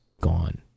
gone